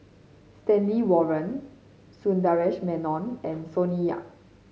Stanley Warren Sundaresh Menon and Sonny Yap